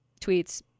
tweets